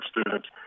students